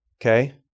okay